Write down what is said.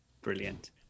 Brilliant